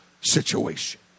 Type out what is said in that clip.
situation